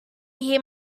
hear